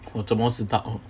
我怎么知道